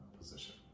position